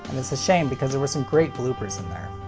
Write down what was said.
and it's a shame because there were some great bloopers in there.